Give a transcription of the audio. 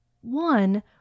One